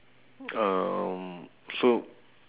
um so